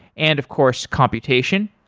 and of course computation.